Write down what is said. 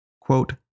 Quote